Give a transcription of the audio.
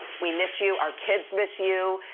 we miss you, our kids miss you.